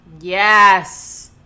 Yes